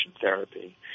therapy